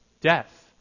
death